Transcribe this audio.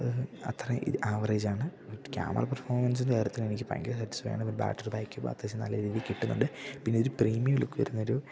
അത്രയും ഇത് ആവറേജാണ് ക്യാമറ പെർഫോമൻസിൻ്റെ കാര്യത്തിലെനിക്ക് ഭയര സാറ്റിസ്ഫൈഡാണ് ബട്ട് ബാറ്ററി ബാക്കപ്പ് അത്യാവശ്യം നല്ല രീതിയി കിട്ടുന്നുണ്ട് പിന്നെരു പ്രീമിയം ലുക്ക് വരുന്നൊരു